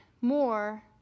more